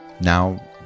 Now